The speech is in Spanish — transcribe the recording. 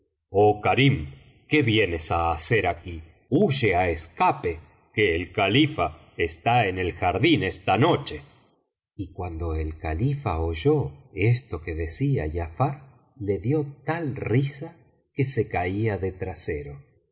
oh karim qué vienes á hacer aquí huye á escape que el califa está en el jardín esta noche y cuando el califa oyó esto que decía giafar le dio tal risa que se caía de trasero y